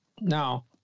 Now